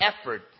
effort